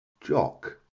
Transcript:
Jock